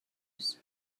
eus